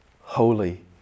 holy